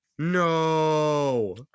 No